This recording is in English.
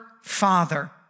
Father